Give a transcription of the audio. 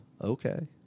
Okay